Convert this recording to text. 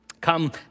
Come